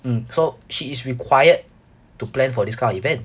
mm so she is required to plan for this kind of event